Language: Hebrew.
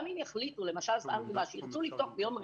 גם אם יחליטו, למשל, כשירצו לפתוח ביום ראשון,